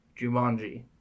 Jumanji